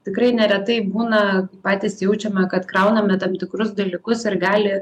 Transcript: tikrai neretai būna patys jaučiame kad krauname tam tikrus dalykus ir gali